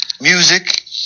music